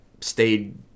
stayed